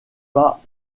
pas